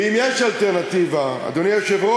ואם יש אלטרנטיבה, אדוני היושב-ראש,